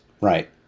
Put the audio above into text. Right